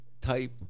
type